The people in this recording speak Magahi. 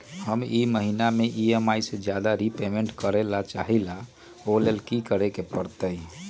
हम ई महिना में ई.एम.आई से ज्यादा रीपेमेंट करे के चाहईले ओ लेल की करे के परतई?